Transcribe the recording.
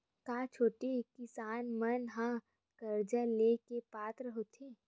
का छोटे किसान मन हा कर्जा ले के पात्र होथे?